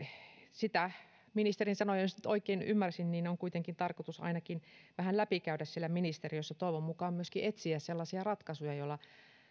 sitä jos nyt oikein ymmärsin ministerin sanoja on kuitenkin tarkoitus ainakin vähän läpikäydä siellä ministeriössä toivon mukaan myöskin etsiä sellaisia ratkaisuja joilla